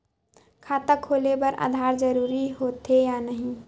खाता खोले बार आधार जरूरी हो थे या नहीं?